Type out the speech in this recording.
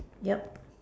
yup